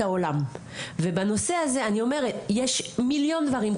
העולם ובנושא הזה אני אומרת יש מיליון דברים,